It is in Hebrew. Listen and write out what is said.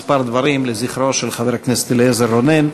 דברים לזכרו של חבר הכנסת לשעבר אליעזר רונן,